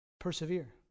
Persevere